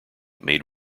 made